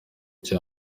cya